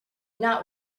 not